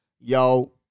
yo